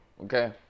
Okay